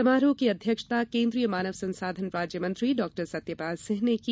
समारोह की अध्यक्षता केन्द्रीय मानव संसाधन राज्य मंत्री डॉ सत्यपाल सिंह ने की